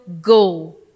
go